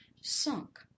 sunk